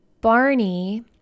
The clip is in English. Barney